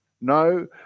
no